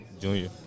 Junior